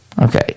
Okay